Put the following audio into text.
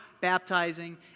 Baptizing